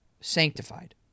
sanctified